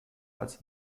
als